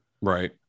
right